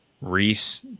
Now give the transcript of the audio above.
Reese